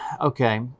okay